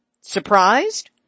Surprised